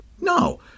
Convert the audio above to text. No